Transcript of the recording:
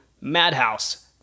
Madhouse